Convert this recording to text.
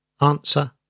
Answer